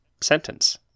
Sentence